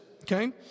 okay